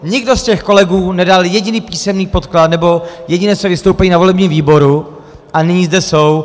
Nikdo z těch kolegů nedal jediný písemný podklad nebo jediné své vystoupení na volebním výboru, a nyní zde jsou.